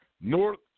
North